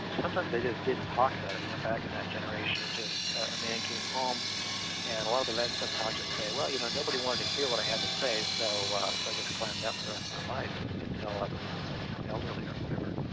and sometimes they just didn't talk about it, you know, back in that generation, it just a man came home and a lot of the men like talk just say, well you know nobody wanted to hear what i had to say, so i so just climbed up for rest of my life and until i was you know elderly or whatever.